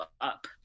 up